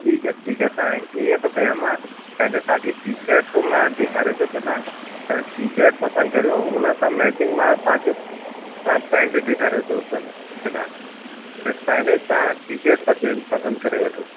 ठीकु आहे ठीकु आहे तव्हां ईंअं थो कयां मां हे न तव्हांखे टी शर्ट त मां तव्हांखे ॾेखारे थो छॾियां तव्हां टी शर्ट पसंदि करियो उनसां मैचिंग मां तव्हां मां पेंट ॾेखारे थो सघां छॾियां त पहिरीं तव्हां टी शर्ट पसिंद पसंदि करे वठो